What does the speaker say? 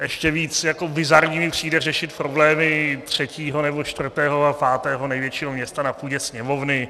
Ještě víc bizarní mi přijde řešit problémy třetího, čtvrtého nebo pátého největšího města na půdě Sněmovny.